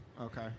Okay